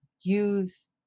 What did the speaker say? use